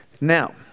Now